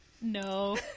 No